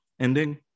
ending